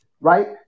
right